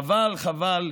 חבל, חבל